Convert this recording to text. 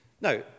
Now